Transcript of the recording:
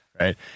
Right